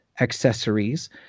accessories